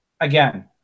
again